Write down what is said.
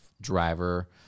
driver